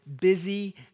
busy